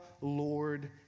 Lord